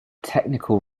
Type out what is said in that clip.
technical